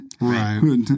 right